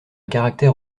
caractère